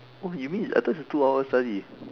oh you mean I thought it's a two hour studies